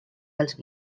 dels